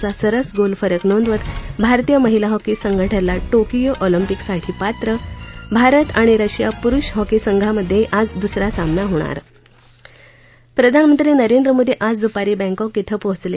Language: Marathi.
असा सरस गोल फरक नोंदवत भारतीय महिला हॉकी संघ ठरला टोकीओ ऑलिंपिकसाठी पात्रभारत आणि रशिया पुरुष हॉकी संघांमधेही आज दुसरा सामना होणार प्रधानमंत्री नरेंद्र मोदी आज दुपारी बँकॉक इथं पोचले